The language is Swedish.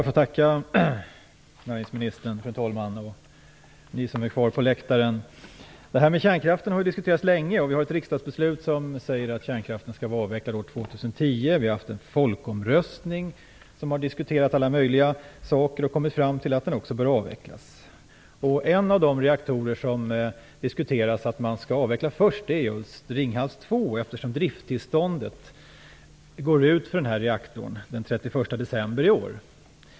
Fru talman! Ni som är kvar på läktaren! Jag får tacka näringsministern för svaret. Kärnkraften har diskuterats länge. Vi har ett riksdagsbeslut som säger att kärnkraften skall vara avvecklad år 2010. Vi har haft en folkomröstning där man diskuterade alla möjliga saker och också kom fram till att den bör avvecklas. En av de reaktorer som man diskuterat att man skall avveckla först är just Ringhals 2, eftersom drifttillståndet för reaktorn går ut den 31 december i år.